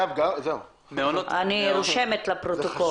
אני רושמת לפרוטוקול.